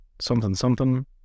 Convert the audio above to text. something-something